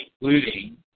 including